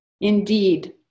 Indeed